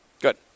Good